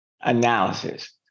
Analysis